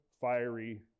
fiery